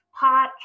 podcast